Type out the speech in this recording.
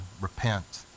repent